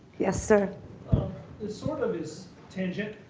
yes sir. it sort of is tangent,